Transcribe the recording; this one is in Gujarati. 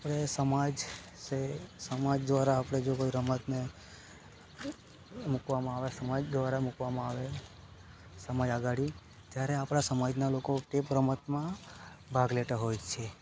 આપણે સમાજ સે સમાજ દ્વારા આપણે જો કોઈ રમતને મૂકવામાં આવે સમાજ દ્વારા મૂકવામાં આવે સમા આ ઘડી ત્યારે આપણા સમાજના લોકો તે રમતમાં ભાગ લેતા હોય છે